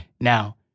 now